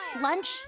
Lunch